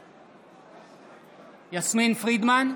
בעד יסמין פרידמן,